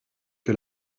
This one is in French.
que